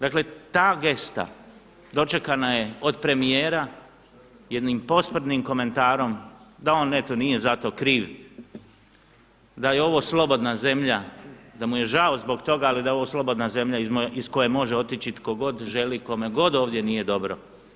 Dakle ta gesta dočekana je od premijera jednim posprdnim komentarom da on eto nije za to kriv, da je ovo slobodna zemlja, da mu je žao zbog toga ali da je ovo slobodna zemlja iz koje može otići tko god želi, kome god ovdje nije dobro.